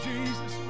Jesus